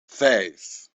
vijf